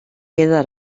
queda